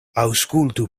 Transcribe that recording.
aŭskultu